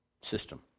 system